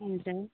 हुन्छ